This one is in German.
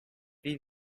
wie